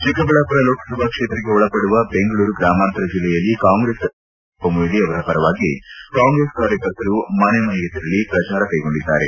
ಚಿಕ್ಕಬಳ್ಳಾಮರ ಲೋಕಸಭಾ ಕ್ಷೇತ್ರಕ್ಕೆ ಒಳಪಡುವ ಬೆಂಗಳೂರು ಗ್ರಾಮಾಂತರ ಜಿಲ್ಲೆಯಲ್ಲಿ ಕಾಂಗ್ರೆಸ್ ಅಭ್ಯರ್ಥಿ ಡಾ ಎಂ ವೀರಪ್ಪ ಮೊಯ್ಲಿ ಅವರ ಪರವಾಗಿ ಕಾಂಗ್ರೆಸ್ ಕಾರ್ಯಕರ್ತರು ಮನೆ ಮನೆಗೆ ತೆರಳಿ ಪ್ರಜಾರ ಕೈಗೊಂಡಿದ್ದಾರೆ